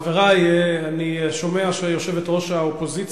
חברי, אני שומע שיושבת-ראש האופוזיציה,